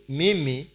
mimi